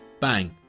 Bang